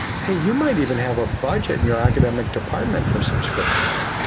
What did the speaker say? hey, you might even have a budget in your academic department for subscriptions.